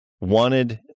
wanted